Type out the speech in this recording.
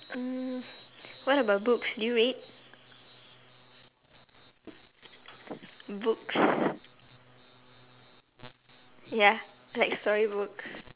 um what about books do you read books ya like storybooks